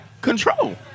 control